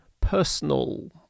personal